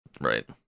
Right